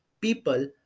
people